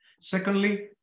Secondly